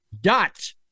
dot